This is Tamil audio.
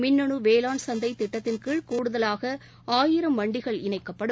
மின்னனு வேளாண் சந்தை திட்டத்தின் கீழ் கூடுதலாக ஆயிரம் மண்டிகள் இணைக்கப்படும்